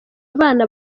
abana